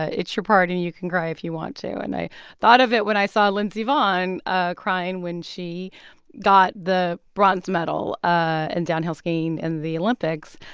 ah it's your party, and you can cry if you want to. and i thought of it when i saw lindsey vonn ah crying when she got the bronze medal in and downhill skiing in the olympics,